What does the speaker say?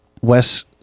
wes